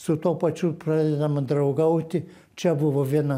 su tuo pačiu pradedama draugauti čia buvo viena